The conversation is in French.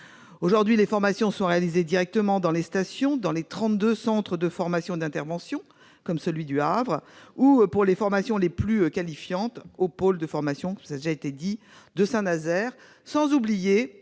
Aujourd'hui, les formations sont réalisées soit directement dans les stations, dans les trente-deux centres de formation et d'intervention comme celui du Havre, soit, pour les formations les plus qualifiantes, au pôle de formation de Saint-Nazaire, sans oublier